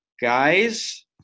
Guys